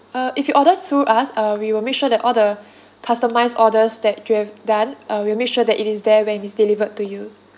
err if you order through us uh we will make sure that all the customised orders that you have done uh we'll make sure that it is there when it's delivered to you